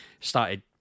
started